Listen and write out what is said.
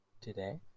today